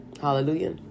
Hallelujah